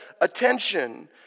attention